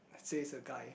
let say is a guy